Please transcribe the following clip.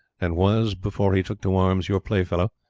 and was, before he took to arms, your playfellow,